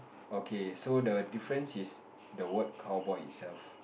okay so the difference is the word cowboy itself